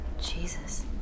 Jesus